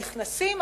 נכנסים,